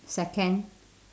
second